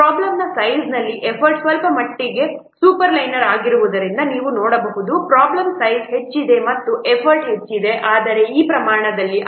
ಪ್ರಾಬ್ಲಮ್ನ ಸೈಜ್ನಲ್ಲಿ ಎಫರ್ಟ್ ಸ್ವಲ್ಪಮಟ್ಟಿಗೆ ಸೂಪರ್ಲೈನರ್ ಆಗಿರುವುದನ್ನು ನೀವು ನೋಡಬಹುದು ಪ್ರಾಬ್ಲಮ್ ಸೈಜ್ ಹೆಚ್ಚುತ್ತಿದೆ ಮತ್ತು ಎಫರ್ಟ್ ಹೆಚ್ಚುತ್ತಿದೆ ಆದರೆ ಆ ಪ್ರಮಾಣದಲ್ಲಿ ಅಲ್ಲ